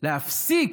להפסיק